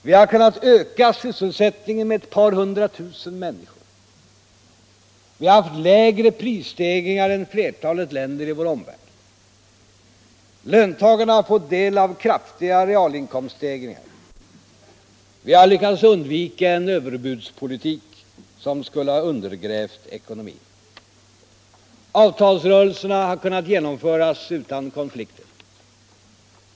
Vi har kunnat öka sysselsättningen med ett par hundra tusen människor. Vi har haft lägre prisstegringar än flertalet länder i vår omvärld. Löntagarna har fått del av kraftiga realinkomststegringar. Vi har lyckats undvika en överbudspolitik, som skulle ha undergrävt ekonomin. Avtalsrörelserna har kunnat genomföras utan konflikter.